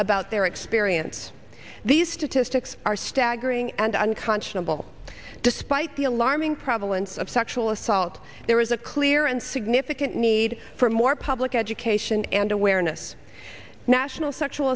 about their experience these two to six are staggering and unconscionable despite the alarming prevalence of sexual assault there is a clear and significant need for more public education and awareness national sexual